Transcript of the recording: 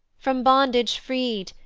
from bondage freed,